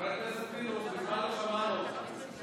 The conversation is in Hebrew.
חבר הכנסת פינדרוס, מזמן לא שמענו אותך.